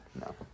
No